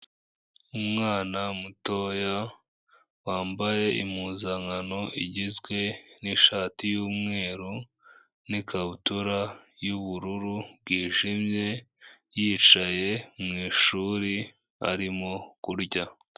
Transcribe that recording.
Umwana mutoya, wambaye impuzankano igizwe n'ishati y'umweru n'ikabutura y'ubururu bwijimye yicaye mwishuri arimo kurya.